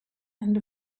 and